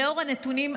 לנוכח הנתונים,